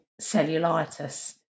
cellulitis